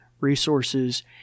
resources